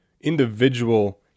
individual